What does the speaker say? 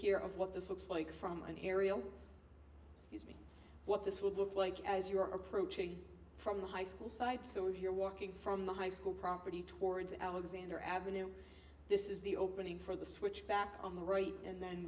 here of what this looks like from an aerial what this would look like as you are approaching from the high school side so here walking from the high school property towards alexander avenue this is the opening for the switchback on the right and then